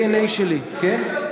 הדנ"א שלי, כן.